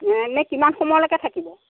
এনেই কিমান সময়লৈকে থাকিব